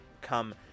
come